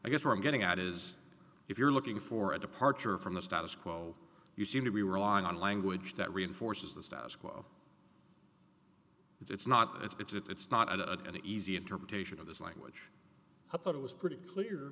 i guess what i'm getting at is if you're looking for a departure from the status quo you seem to be relying on language that reinforces the status quo it's not it's because it's not a an easy interpretation of this language i thought it was pretty clear